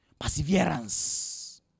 Perseverance